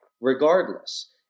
regardless